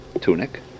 tunic